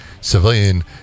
civilian